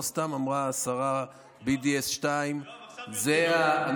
לא סתם אמרה השרה BDS 2, יואב, עכשיו ברצינות.